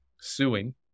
suing